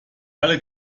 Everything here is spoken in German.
alle